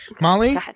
Molly